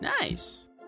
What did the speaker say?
Nice